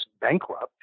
bankrupt